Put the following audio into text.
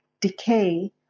decay